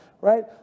right